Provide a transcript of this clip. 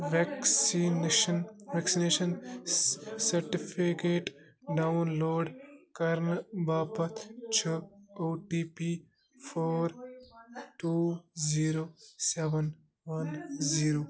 vaccination vaccination certificate download کرنہٕ باپتھ چھُ O T P four two zero seven one zero